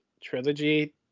trilogy